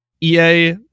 EA